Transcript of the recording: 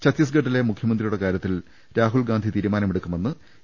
ഛത്തീസ്ഗഡിലെ മുഖ്യമന്ത്രിയുടെ കാര്യ ത്തിൽ രാഹുൽഗാന്ധി തീരുമാനമെടുക്കുമെന്ന് എ